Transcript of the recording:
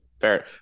Fair